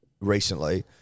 Recently